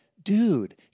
Dude